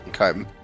Okay